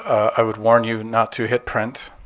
i would warn you not to hit print.